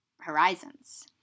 horizons